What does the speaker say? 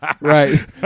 right